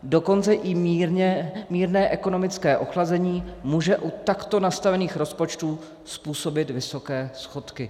Dokonce i mírné ekonomické oslabení může u takto nastavených rozpočtů způsobit vysoké schodky.